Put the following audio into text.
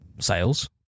sales